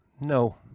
No